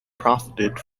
profited